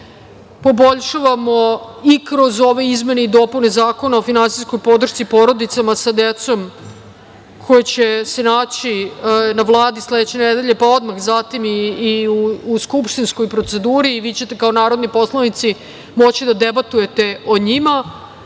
poboljšavamo i kroz ove izmene i dopune Zakona o finansijskoj podršci porodicama sa decom, koji će se naći na Vladi sledeće nedelje, pa odmah zatim i u skupštinskoj proceduri, vi ćete kao narodni poslanici moći da debatujete o njima,